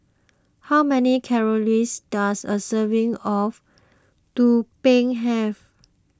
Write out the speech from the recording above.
how many calories does a serving of Tumpeng have